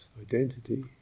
identity